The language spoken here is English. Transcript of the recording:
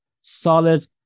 solid